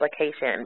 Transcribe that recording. application